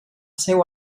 seu